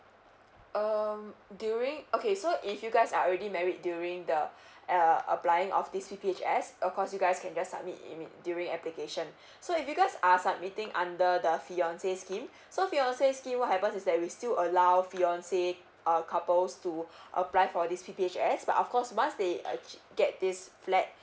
um during okay so if you guys are already married during the uh applying of this P_P_H_S of course you guys can just submit imme~ during application so if you guys are submitting under the fiancée scheme so fiancée scheme what happens is that we still allow fiancée uh couples to apply for this P_P_H_S but of course once they actual~ get this flat